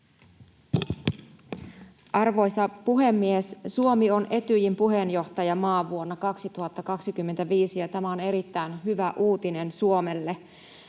Arvoisa puhemies! Suomi on Etyjin puheenjohtajamaa vuonna 2025, ja tämä on erittäin hyvä uutinen Suomelle.